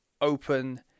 Open